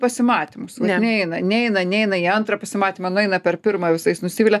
pasimatymus vat neina neina neina į antrą pasimatymą nueina per pirmą visais nusivilia